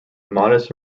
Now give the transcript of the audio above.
modest